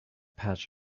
patch